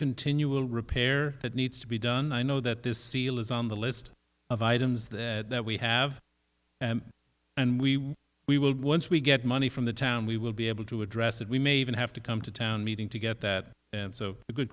continual repair that needs to be done i know that this seal is on the list of items that we have and we we will once we get money from the town we will be able to address it we may even have to come to town meeting to get that so the good